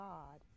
God